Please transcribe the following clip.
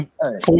Four